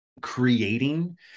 creating